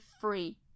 free